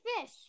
fish